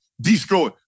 Destroy